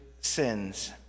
sins